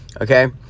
okay